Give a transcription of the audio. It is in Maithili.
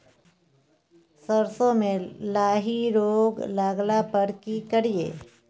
सरसो मे लाही रोग लगला पर की करिये?